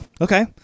Okay